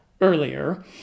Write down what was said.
earlier